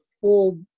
full